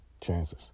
chances